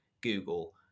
Google